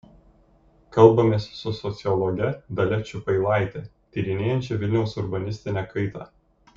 kalbamės su sociologe dalia čiupailaite tyrinėjančia vilniaus urbanistinę kaitą